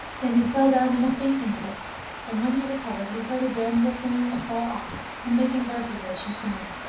then he fell down in a fainting fit and, when he recovered he heard a damsel singing afar off and making verses as she sang.